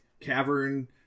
cavern